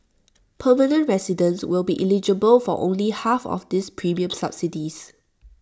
permanent residents will be eligible for only half of these premium subsidies